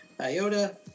Iota